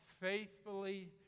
faithfully